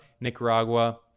Nicaragua